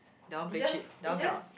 that one play cheat that one cannot